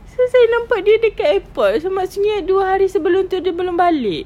so saya nampak dia dekat airport so maksudnya dua hari sebelum itu dia belum balik